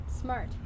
Smart